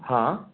हां